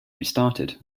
restarted